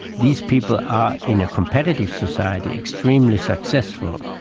these people are in a competitive society extremely successful.